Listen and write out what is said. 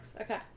Okay